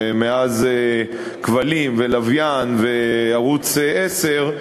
ויש כבלים ולוויין וערוץ 10,